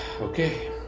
Okay